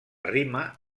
rima